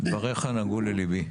אני חייב לומר לך שדברייך נגעו ללבי.